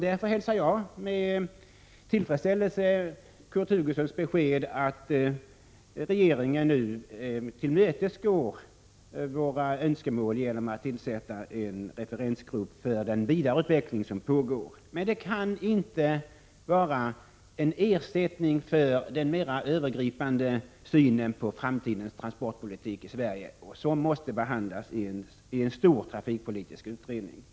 Därför hälsar jag med tillfredsställelse Kurt Hugossons besked att regeringen nu tillmötesgår våra önskemål genom att tillsätta en referensgrupp för den vidareutveckling som pågår. Men den kan inte vara en ersättning för den mera övergripande synen på framtidens transportpolitik i Sverige, som måste behandlas i en stor trafikpolitisk utredning. Prot.